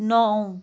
नौ